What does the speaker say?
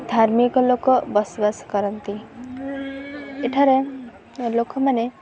ଧାର୍ମିକ ଲୋକ ବସବାସ କରନ୍ତି ଏଠାରେ ଲୋକମାନେ